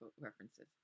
references